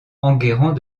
enguerrand